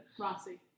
Rossi